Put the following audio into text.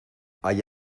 hay